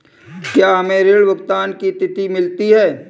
क्या हमें ऋण भुगतान की तिथि मिलती है?